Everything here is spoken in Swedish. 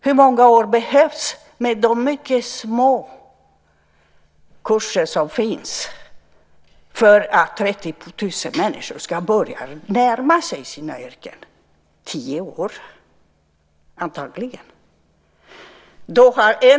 Hur många år behövs det, med de mycket små kurser som finns, för att 30 000 människor ska börja närma sig sina yrken? Det behövs antagligen tio år.